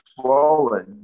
swollen